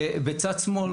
בצד שמאל,